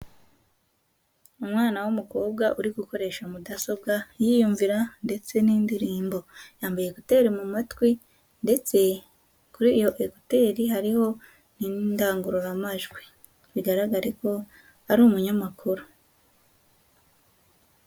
Umwana w'umukobwa uri gukoresha mudasobwa yiyumvira ndetse n'indirimbo, yambaye ekuteri mu matwi ndetse kuri iyo ekuteri hariho n'indangururamajwi, bigaragare ko ari umunyamakuru.